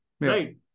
right